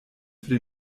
für